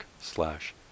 slash